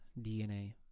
DNA